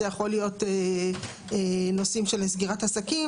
זה יכול להיות בנושאים של סגירת עסקים.